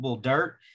dirt